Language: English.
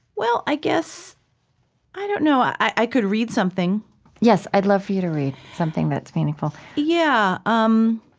well, i guess i don't know. i could read something yes, i'd love for you to read something that's meaningful yeah, um